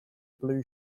blue